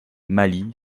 mali